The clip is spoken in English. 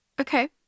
Okay